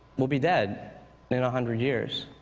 will be dead in a hundred years.